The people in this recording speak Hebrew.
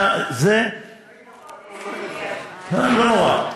--- לא נורא.